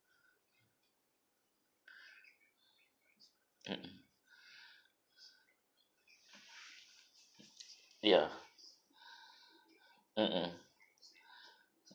mm mm ya mm mm